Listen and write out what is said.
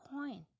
coin